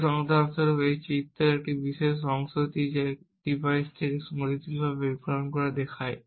সুতরাং উদাহরণস্বরূপ এখানে এই চিত্রের এই বিশেষ অংশটি এই ডিভাইস থেকে গতিশীলভাবে বিকিরণ দেখায়